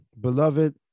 Beloved